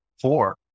four